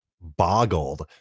boggled